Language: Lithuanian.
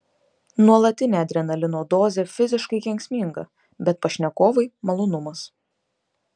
nuolatinė adrenalino dozė fiziškai kenksminga bet pašnekovai malonumas